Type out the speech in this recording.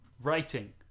writing